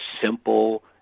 simple